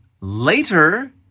Later